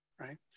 right